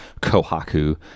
kohaku